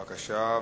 בבקשה,